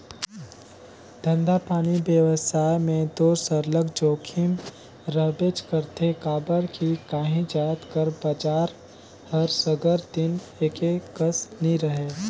धंधापानी बेवसाय में दो सरलग जोखिम रहबेच करथे काबर कि काही जाएत कर बजार हर सगर दिन एके कस नी रहें